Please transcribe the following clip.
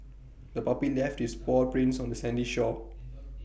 the puppy left its paw prints on the sandy shore